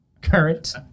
current